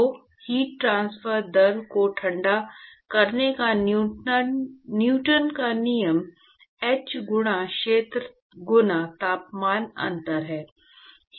तो heat transfer दर को ठंडा करने का न्यूटन का नियम h गुना क्षेत्र गुना तापमान अंतर है